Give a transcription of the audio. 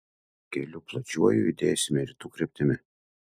keliu plačiuoju judėsime rytų kryptimi